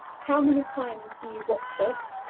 how many times do you watch it?